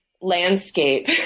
landscape